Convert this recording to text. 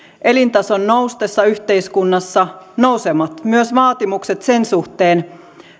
elintason noustessa yhteiskunnassa nousevat myös vaatimukset sen suhteen